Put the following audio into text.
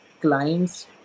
clients